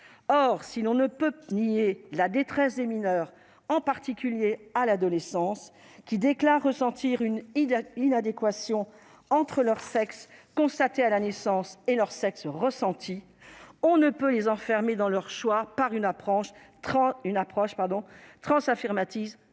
Or, si l'on ne peut nier la détresse de mineurs, en particulier à l'adolescence, qui déclarent ressentir une inadéquation entre leur sexe de naissance et leur sexe ressenti, on ne peut non plus les enfermer dans leur choix en privilégiant une approche transaffirmative